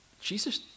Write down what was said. Jesus